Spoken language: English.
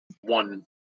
one